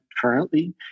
currently